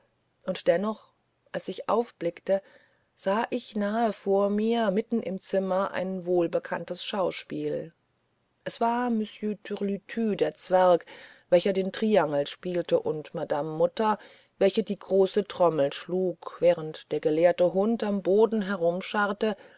und dennoch als ich aufblickte sah ich nahe vor mir mitten im zimmer ein wohlbekanntes schauspiel es war monsieur türlütü der zwerg welcher den triangel spielte und madame mutter welche die große trommel schlug während der gelehrte hund am boden